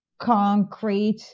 concrete